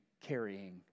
carrying